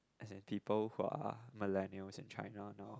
as in people who are millennials in China know